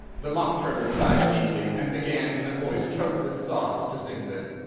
the mock turtle sighed deeply, and began, in a voice choked with sobs, to sing this